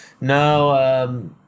No